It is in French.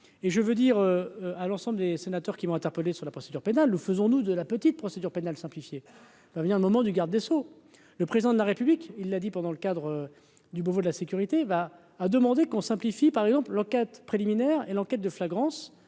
et je veux dire à l'ensemble des sénateurs qui vont interpeller sur la procédure pénale, nous faisons-nous de la petite procédures pénales simplifiées va venir au moment du garde des Sceaux, le président de la République, il l'a dit pendant le cadre du Beauvau de la sécurité va a demandé qu'on simplifie, par exemple, l'enquête préliminaire et l'enquête de flagrance